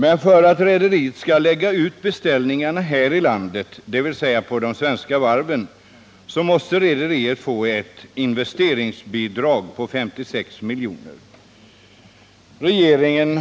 Men för att rederiet skall lägga ut beställningarna här i landet — dvs. på de svenska varven — måste rederiet få ett investeringsbidrag på 56 milj.kr. Regeringen